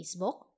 Facebook